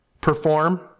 perform